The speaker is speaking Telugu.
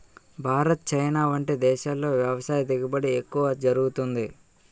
భారత్, చైనా వంటి దేశాల్లో వ్యవసాయ దిగుబడి ఎక్కువ జరుగుతుంది